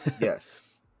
Yes